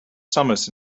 summers